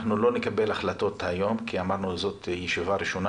אנחנו לא נקבל החלטות היום כי אמרנו שזו ישיבה ראשונה,